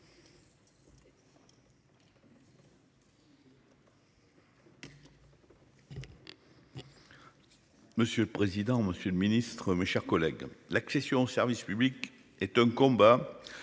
Monsieur le président, Monsieur le Ministre, mes chers collègues, l'accession au service public est un combat